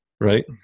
right